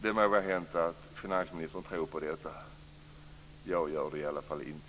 Det må vara hänt att finansministern tror på detta. Jag gör det i alla fall inte.